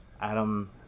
adam